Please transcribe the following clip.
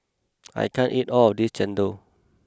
I can't eat all of this Chendol